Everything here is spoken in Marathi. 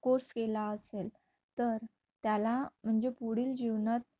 कोर्स केला असेल तर त्याला म्हणजे पुढील जीवनात